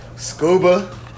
Scuba